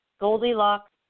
Goldilocks